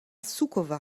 suková